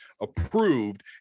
approved